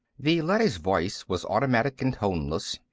the leady's voice was automatic and toneless.